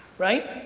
right?